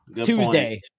Tuesday